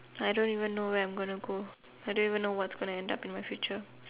I don't even know where I'm gonna go I don't even know what's gonna end up in my future